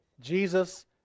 Jesus